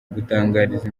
gutangariza